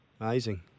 Amazing